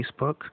Facebook